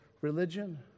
religion